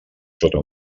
sota